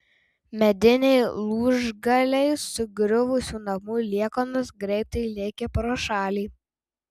mediniai lūžgaliai sugriuvusių namų liekanos greitai lėkė pro šalį